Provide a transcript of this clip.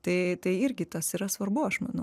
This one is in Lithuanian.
tai tai irgi tas yra svarbu aš manau